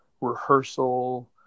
rehearsal